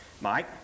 Mike